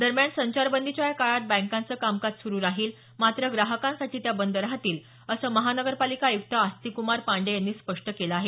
दरम्यान संचारबंदीच्या या काळात बँकांचं कामकाज सुरु राहील मात्र ग्राहकांसाठी त्या बंद राहतील असं महानगरपालिका आयुक्त आस्तिक कुमार पाण्डेय यांनी स्पष्ट केलं आहे